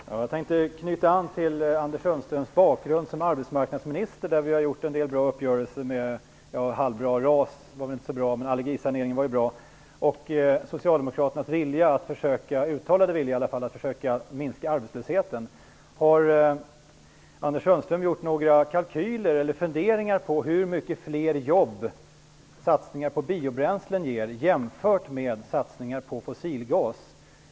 Fru talman! Jag tänkte knyta an till Anders Sundströms bakgrund som arbetsmarknadsminister. På det området har vi ju gjort en del bra eller halvbra uppgörelser - RAS var väl inte så bra, men allergisaneringen var bra. Socialdemokraterna har ju uttalat sin vilja att försöka minska arbetslösheten. Har Anders Sundström gjort några kalkyler eller funderat på hur mycket fler jobb satsningar på biobränslen ger än satsningar på fossilgas?